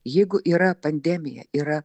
jeigu yra pandemija yra